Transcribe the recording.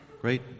Great